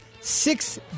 six